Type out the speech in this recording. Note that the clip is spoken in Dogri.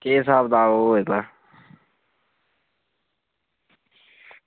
केह् स्हाब कताब ऐ एह्दा